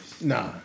Nah